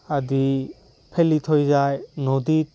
আদি ফেলি থৈ যায় নদীত